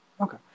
Okay